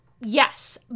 Yes